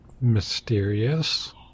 mysterious